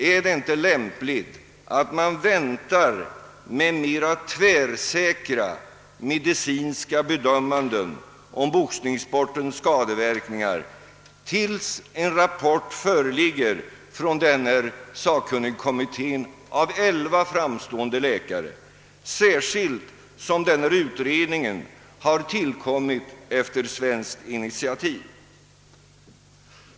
är det inte lämpligt att vänta med tvärsäkra medicinska bedömanden om boxningssportens skadeverkningar tills en rapport från denna sakkunnigkommitté med elva framstående läkare «föreligger, «särskilt som utredningen har tillkommit efter svenskt initiativ?